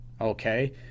okay